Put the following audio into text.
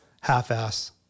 half-ass